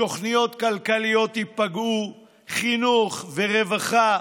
תוכניות כלכליות ייפגעו, חינוך ורווחה.